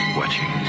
watching